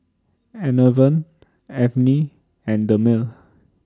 Enervon Avene and Dermale